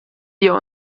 wir